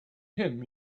him